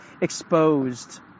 exposed